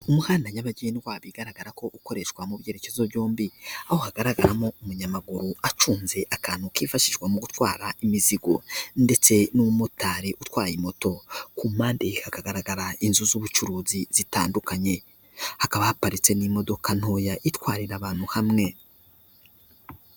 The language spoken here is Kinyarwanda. Umuhanda nyabagendwara bigaragara ko ukoreshwa mu byerekezo byombi, aho hagaragaramo umunyamaguru acunze akantu kifashishwa mu gutwara imizigo ndetse n'umumotari utwaye moto, ku mpande hakagaragara inzu z'ubucuruzi zitandukanye hakaba haparitse n'imodoka ntoya itwarira abantu hamwe.